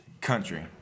Country